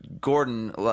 Gordon